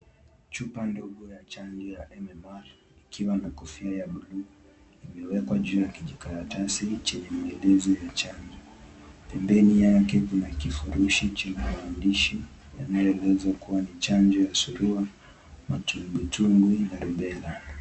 Chupa ndogo ya chanjo ya MMR ikiwa na kofia ya buluu imewekwa juu ya kijikaratasi chenye maelezo ya chanjo, pembeni yake kuna kifurushi kinacho maandishi inayoeleza ni chanjo ya surua, matumbwi tumbwi na rubela.